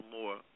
more